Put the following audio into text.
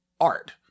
art